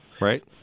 Right